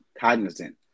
cognizant